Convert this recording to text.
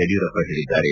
ಯಡಿಯೂರಪ್ಪ ಹೇಳಿದ್ದಾರೆ